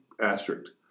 asterisk